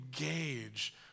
engage